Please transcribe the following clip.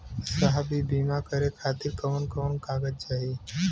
साहब इ बीमा करें खातिर कवन कवन कागज चाही?